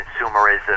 consumerism